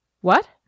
What